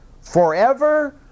forever